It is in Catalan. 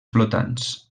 flotants